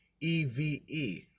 E-V-E